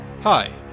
Hi